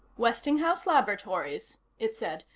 westinghouse laboratories, it said,